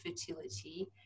fertility